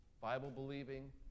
Bible-believing